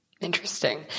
interesting